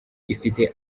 ifite